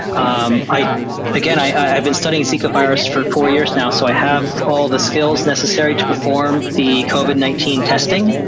um i'd again, i'd been studying zika virus for four years now, so i have all the skills necessary to perform the covid nineteen testing,